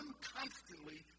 constantly